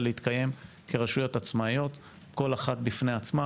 להתקיים כרשויות עצמאיות כל אחת בפני עצמה.